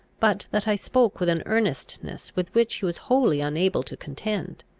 but that i spoke with an earnestness with which he was wholly unable to contend.